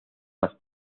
más